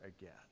again